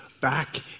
back